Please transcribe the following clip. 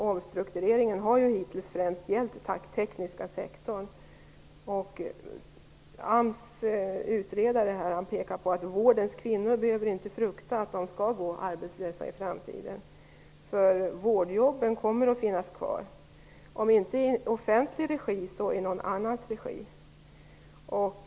Omstruktureringen har hittills främst avsett den tekniska sektorn, och AMS utredare har pekat på att kvinnorna i vården inte behöver frukta att de skall gå arbetslösa i framtiden. Vårdjobben kommer att finnas kvar, om inte i offentlig regi, så i någon annans regi.